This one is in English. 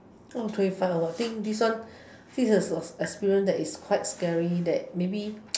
oh terrified lor I think this one this is an experience that is quite scary that maybe